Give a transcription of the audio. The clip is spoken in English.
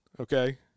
okay